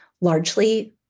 largely